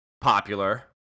popular